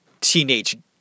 teenage